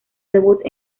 debut